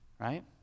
Right